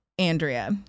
Andrea